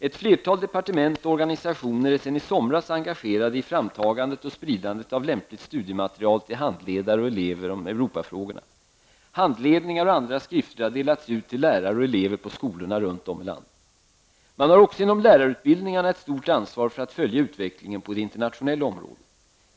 Ett flertal departement och organisationer är sedan i somras engagerade i framtagandet och spridandet av lämpligt studiematerial till handledare och elever om Europafrågorna. Handledningar och andra skrifter har delats ut till lärare och elever på skolorna runt om i landet. Man har även inom lärarutbildningarna ett stort ansvar för att följa utvecklingen på det internationella området.